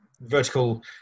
vertical